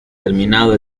terminado